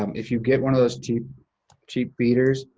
um if you get one of those cheap cheap feeders,